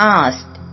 asked